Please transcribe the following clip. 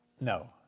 No